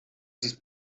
sis